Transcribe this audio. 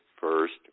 first